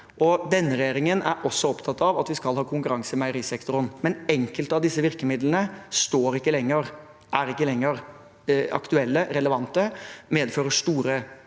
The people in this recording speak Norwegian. Denne regjeringen er også opptatt av at vi skal ha konkurranse i meierisektoren, men enkelte av disse virkemidlene står seg ikke lenger, er ikke lenger aktuelle eller relevante